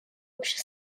общей